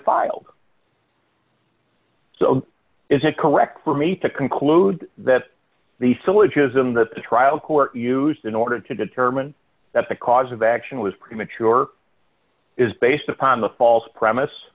filed so is it correct for me to conclude that the syllogism that the trial court used in order to determine that the cause of action was premature is based upon the false premise